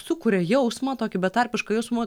sukuria jausmą tokį betarpišką jausmą